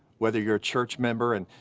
whether you're a church member, and